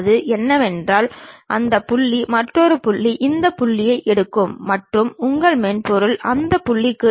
இதுவே அந்த செங்குத்து தளத்தில் பெறப்பட்ட மேற்பரப்பின் எறியம் ஆகும்